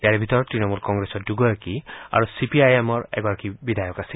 ইয়াৰে ভিতৰত তৃণমূল কংগ্ৰেছৰ দুগৰাকী আৰু চি পি আই এমৰ এগৰাকী বিধায়ক আছিল